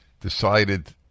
decided